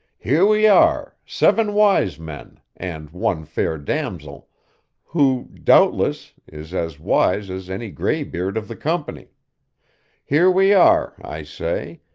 here we are, seven wise men, and one fair damsel who, doubtless, is as wise as any graybeard of the company here we are, i say,